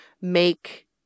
make